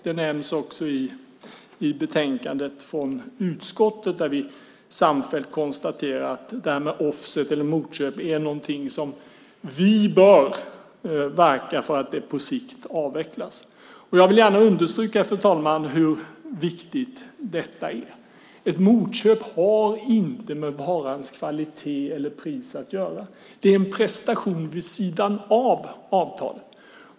Det nämns också i utlåtandet från utskottet där vi samfällt konstaterar att offset eller motköp är något som vi bör verka för att det på sikt avvecklas. Jag vill gärna understryka, fru talman, hur viktigt detta är. Ett motköp har inte med varans kvalitet eller pris att göra. Det är en prestation vid sidan av avtalet.